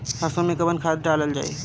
सरसो मैं कवन खाद डालल जाई?